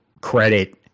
credit